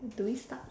do we start